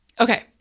Okay